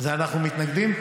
לזה אנחנו מתנגדים?